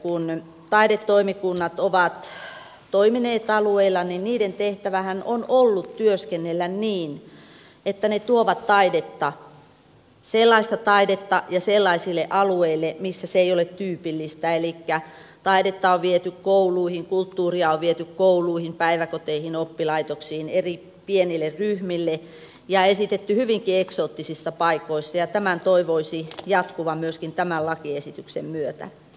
kun taidetoimikunnat ovat toimineet alueilla niin niiden tehtävähän on ollut työskennellä niin että ne tuovat taidetta sellaista taidetta ja sellaisille alueille missä se ei ole tyypillistä elikkä taidetta on viety kouluihin kulttuuria on viety kouluihin päiväkoteihin oppilaitoksiin eri pienille ryhmille ja esitetty hyvinkin eksoottisissa paikoissa ja tämän toivoisi jatkuvan myöskin tämän lakiesityksen myötä